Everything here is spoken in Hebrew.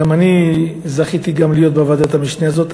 גם אני זכיתי להיות בוועדת המשנה הזאת.